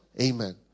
Amen